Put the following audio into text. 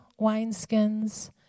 wineskins